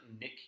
Nick